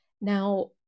Now